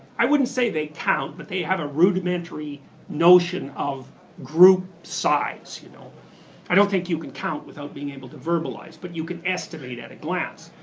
i wouldn't say they can count, but they have a rudimentary notion of group size. you know i don't think you can count without being able to verbalize, but you can estimate at a glance.